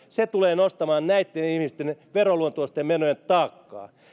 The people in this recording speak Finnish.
se tulee nostamaan näitten ihmisten veroluontoisten menojen taakkaa